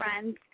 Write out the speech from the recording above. friends